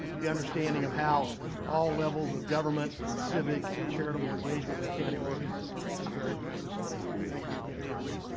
the understanding of how all levels of government and civic and charitable engagement in the county work is is very important so thank you again, tanya.